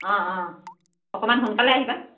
অঁ অঁ অকণমান সোনকালে আহিবা